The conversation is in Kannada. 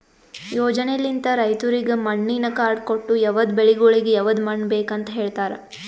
ಯೋಜನೆಲಿಂತ್ ರೈತುರಿಗ್ ಮಣ್ಣಿನ ಕಾರ್ಡ್ ಕೊಟ್ಟು ಯವದ್ ಬೆಳಿಗೊಳಿಗ್ ಯವದ್ ಮಣ್ಣ ಬೇಕ್ ಅಂತ್ ಹೇಳತಾರ್